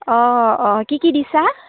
অঁ অঁ কি কি দিছা